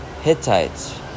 Hittites